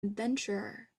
adventurer